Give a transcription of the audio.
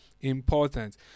important